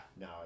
no